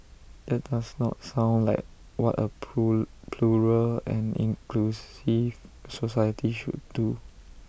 that does not sound like what A plural and inclusive society should do